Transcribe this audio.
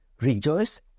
Rejoice